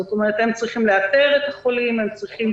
זאת אומרת, הם צריכים לאתר את החולים, הם צריכים